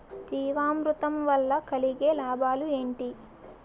జీవామృతం వల్ల కలిగే లాభాలు ఏంటి?